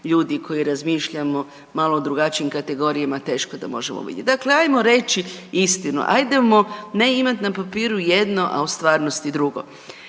ljudi koji razmišljamo u malo drugačijim kategorijama teško da možemo vidjeti. Dakle, ajmo reći istinu, ajdemo imat na papiru jedno, a u stvarnosti drugo.